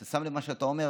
אתה שם לב למה שאתה אומר?